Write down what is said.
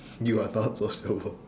you are not sociable